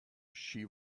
she